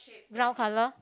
brown colour